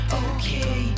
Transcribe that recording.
okay